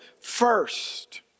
first